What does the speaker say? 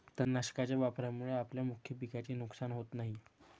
तणनाशकाच्या वापरामुळे आपल्या मुख्य पिकाचे नुकसान होत नाही